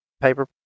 paper